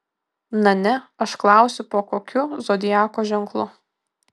na ne aš klausiu po kokiu zodiako ženklu